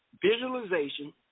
visualization